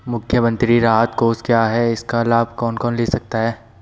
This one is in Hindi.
मुख्यमंत्री राहत कोष क्या है इसका लाभ कौन कौन ले सकता है?